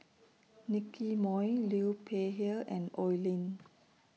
Nicky Moey Liu Peihe and Oi Lin